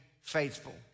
faithful